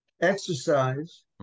Exercise